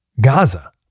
Gaza